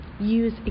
Use